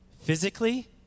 physically